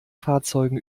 fahrzeugen